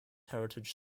heritage